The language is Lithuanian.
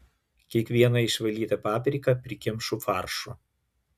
kiekvieną išvalytą papriką prikemšu faršo